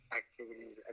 activities